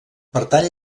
pertany